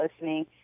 listening